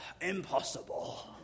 impossible